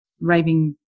raving